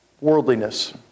worldliness